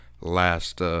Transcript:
last